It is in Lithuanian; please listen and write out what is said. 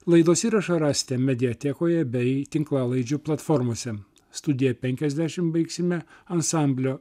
laidos įrašą rasite mediatekoje bei tinklalaidžių platformose studiją penkiasdešimt baigsime ansamblio